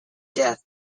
death